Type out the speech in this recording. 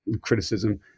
criticism